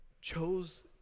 chose